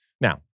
Now